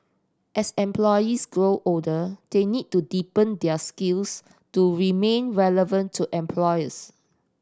as employees grow older they need to deepen their skills to remain relevant to employers